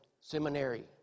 seminary